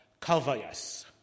Calvayas